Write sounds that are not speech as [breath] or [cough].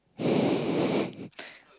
[breath]